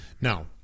now